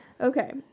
Okay